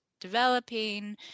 developing